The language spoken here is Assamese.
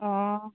অঁ